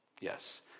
Yes